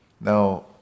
Now